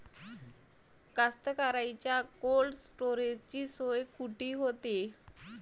कास्तकाराइच्या कोल्ड स्टोरेजची सोय कुटी होते?